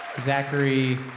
Zachary